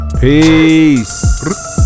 Peace